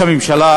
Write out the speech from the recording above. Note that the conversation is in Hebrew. הכלכלה.